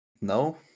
No